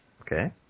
Okay